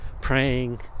praying